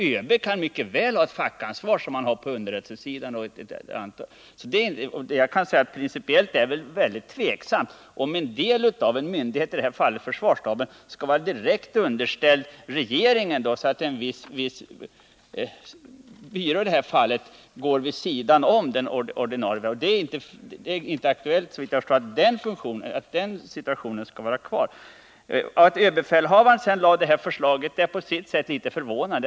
ÖB kan mycket väl ha ett eget fackansvar, som han har exempelvis på underrättelsesidan. Principiellt är det väldigt tveksamt om en del av en myndighet — i detta fall av försvarsstaben — skall vara direkt underställd regeringen och en viss byrå alltså ligga vid sidan av den ordinarie ordningen. En sådan fortsättning är, såvitt jag förstår, inte aktuell. Att överbefälhavaren lade fram detta förslag är på sitt sätt förvånande.